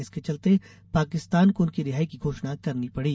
इसके चलते पाकिस्तान को उनकी रिहाई की घोषणा करनी पड़ी